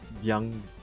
Young